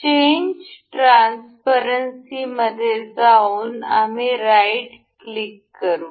change transparency मध्ये जाऊन आम्ही राईट क्लिक करू